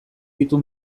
ditu